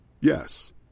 Yes